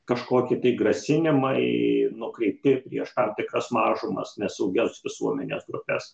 kažkoki grasinimai nukreipti prieš tam tikras mažumas nesaugias visuomenės grupes